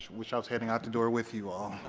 wish i was heading out the door with you,